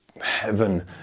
heaven